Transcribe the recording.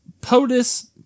POTUS